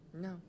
no